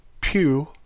pew